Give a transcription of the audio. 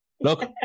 look